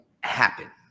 happen